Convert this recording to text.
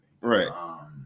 Right